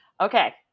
Okay